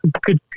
good